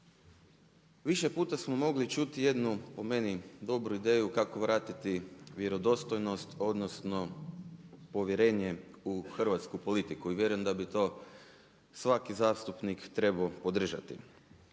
Više puta smo mogli čuti jednu po meni dobru ideju kako vratiti vjerodostojnost, odnosno povjerenje u hrvatsku politiku i vjerujem da bi to svaki zastupnik trebao podržati.